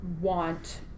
want